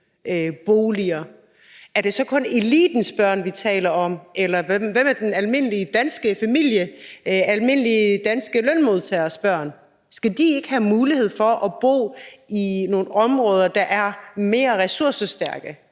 boliger. Er det så kun elitens børn, vi taler om? Hvad med almindelige danske lønmodtageres børn – skal de ikke have mulighed for at bo i nogle områder, der er mere ressourcestærke,